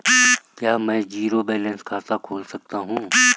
क्या मैं zero balance खाता खोल सकता हूँ?